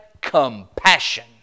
compassion